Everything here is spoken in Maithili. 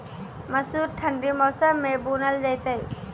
मसूर ठंडी मौसम मे बूनल जेतै?